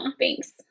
Thanks